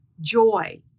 joy